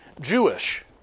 Jewish